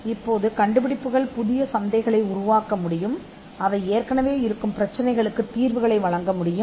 இப்போது கண்டுபிடிப்புகள் புதிய சந்தைகளை உருவாக்க முடியும் கண்டுபிடிப்புகள் ஏற்கனவே இருக்கும் பிரச்சினைகளுக்கு தீர்வுகளை வழங்க முடியும்